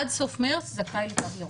עד סוף חודש מארס זכאי לתו ירוק.